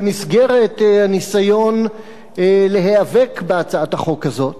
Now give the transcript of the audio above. במסגרת הניסיון להיאבק בהצעת החוק הזאת,